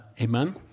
Amen